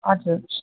हजुर